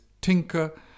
tinker